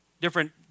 Different